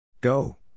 Go